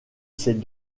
ces